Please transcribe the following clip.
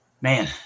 Man